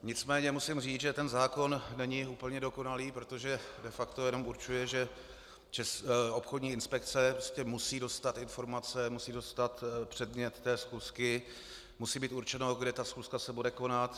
Nicméně musím říct, že ten zákon není úplně dokonalý, protože de facto jenom určuje, že obchodní inspekce musí dostat informace, musí dostat předmět té schůzky, musí být určeno, kde se schůzka bude konat.